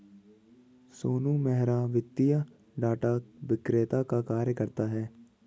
सोनू मेहरा वित्तीय डाटा विक्रेता का कार्य करता है